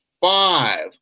five